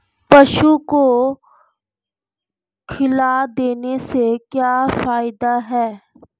पशु को खल देने से क्या फायदे हैं?